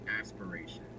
aspiration